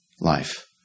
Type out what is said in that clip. life